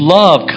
love